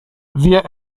wir